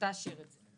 שתאשר את זה.